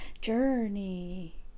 journey